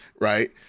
Right